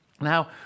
Now